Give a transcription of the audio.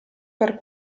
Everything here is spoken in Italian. per